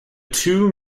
two